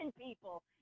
people